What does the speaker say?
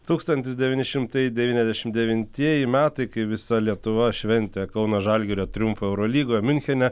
tūkstantis devyni šimtai devyniasdešimt devintieji metai kai visa lietuva šventė kauno žalgirio triumfą eurolygoj miunchene